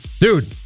Dude